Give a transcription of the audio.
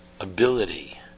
ability